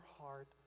heart